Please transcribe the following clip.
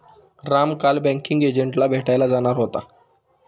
राम काल बँकिंग एजंटला भेटायला जाणार होता